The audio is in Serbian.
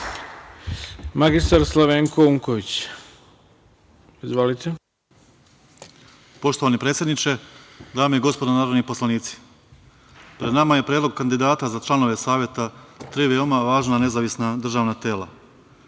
**Slavenko Unković** Poštovani predsedniče, dame i gospodo narodni poslanici, pred nama je Predlog kandidata za članove Saveta tri veoma važna nezavisna državna